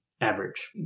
average